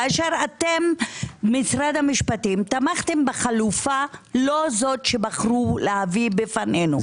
כאשר אתם משרד המשפטים תמכתם בחלופה לא זו שבחרו להביא בפנינו.